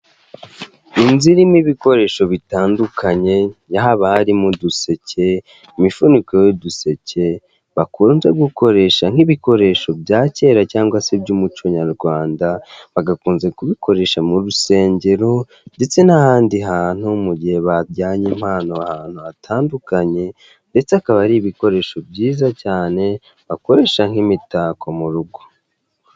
Inzu irimo ibikoresho bitandukanye haba harimo uduseke, imifuniko y'uduseke bakunze gukoresha nk'ibikoresho bya kera cyangwa se iby'umuco nyarwanda bagakunze kubikoresha mu rusengero ndetse n'ahandi hantu mu gihe bajyanye impano ahantu hatandukanye ndetse akaba ari ibikoresho byiza cyane bakoresha nk'imitako mu rugo.